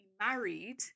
married